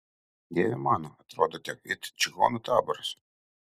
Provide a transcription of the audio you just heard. dieve mano atrodote it čigonų taboras